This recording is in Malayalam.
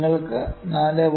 നിങ്ങൾക്ക് 4